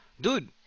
Dude